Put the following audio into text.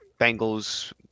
Bengals